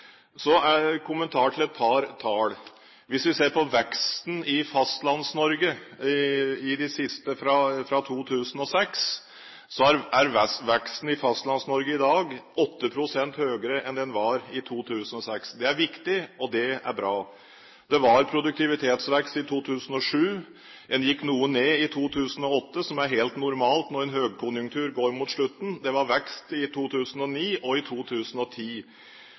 Så en kommentar til et par tall. Hvis vi ser på veksten i Fastlands-Norge fra 2006, er veksten i Fastlands-Norge i dag 8 pst. høyere enn det den var i 2006. Det er viktig, og det er bra. Det var produktivitetsvekst i 2007. Den gikk noe ned i 2008, som er helt normalt når en høykonjunktur går mot slutten. Det var vekst i 2009 og i 2010.